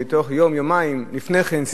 יום-יומיים לפני כן,